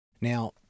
Now